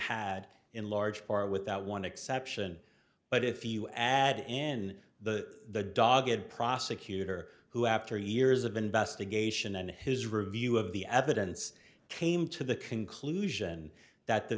had in large part with that one exception but if you add in the dog and prosecutor who after years of investigation and his review of the evidence came to the conclusion that the